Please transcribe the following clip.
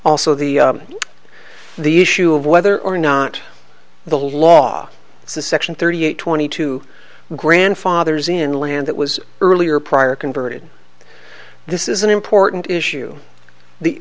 also the the issue of whether or not the law section thirty eight twenty two grandfathers in land that was earlier prior converted this is an important issue the